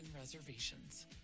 reservations